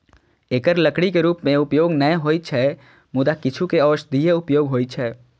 एकर लकड़ी के रूप मे उपयोग नै होइ छै, मुदा किछु के औषधीय उपयोग होइ छै